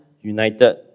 united